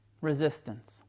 resistance